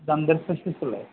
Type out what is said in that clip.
dental സ്പെഷ്യലിസ്റ്റല്ലേ